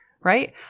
Right